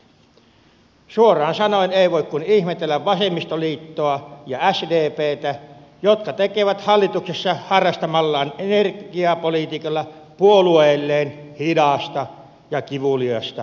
suoraan sanoen ei voi kuin ihmetellä vasemmistoliittoa ja sdptä jotka tekevät hallituksessa harrastamallaan energiapolitiikalla puolueilleen hidasta ja kivuliasta itsemurhaa